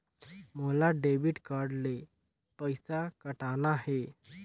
मोला debit card ले पइसा पटाना हे?